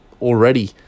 already